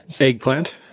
Eggplant